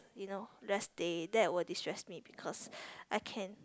you know rest day that will destress me because I can